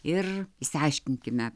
ir išsiaiškinkime